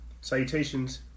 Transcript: salutations